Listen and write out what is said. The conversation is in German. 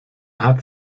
hat